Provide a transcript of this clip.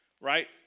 right